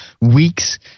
weeks